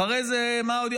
אחרי זה, מה עוד?